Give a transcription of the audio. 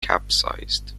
capsized